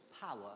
power